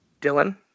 Dylan